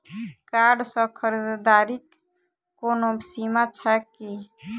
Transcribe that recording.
Card सँ खरीददारीक कोनो सीमा छैक की?